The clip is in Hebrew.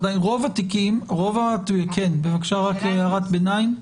עדיין רוב התיקים כן, בבקשה רק הערת ביניים.